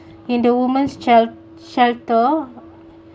in the woman's shelt~ shelter